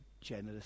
generous